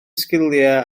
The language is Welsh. sgiliau